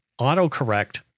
autocorrect